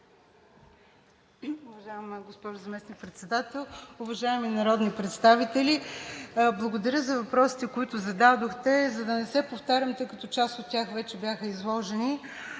Уважаема госпожо Заместник-председател, уважаеми народни представители! Благодаря за въпросите, които зададохте, за да не се повтарям, тъй като част от тях вече бяха изложени